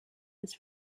his